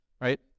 Right